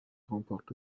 remporte